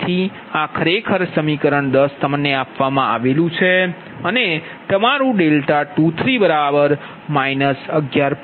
તેથી આ ખરેખર સમીકરણ 10 છે અને તમારું 23 11